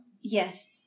Yes